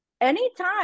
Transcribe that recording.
anytime